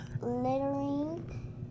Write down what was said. littering